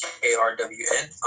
K-R-W-N